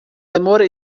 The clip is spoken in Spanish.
amor